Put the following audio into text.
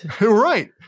Right